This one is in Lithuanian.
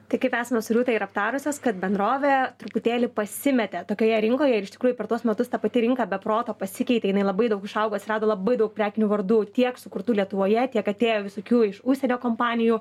tai kaip esame su rūta ir aptarusios kad bendrovė truputėlį pasimetė tokioje rinkoje ir iš tikrųjų per tuos metus ta pati rinka be proto pasikeitė jinai labai daug išaugo atsirado labai daug prekinių vardų tiek sukurtų lietuvoje tiek atėjo visokių iš užsienio kompanijų